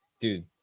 dude